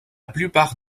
plupart